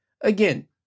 Again